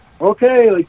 okay